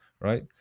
right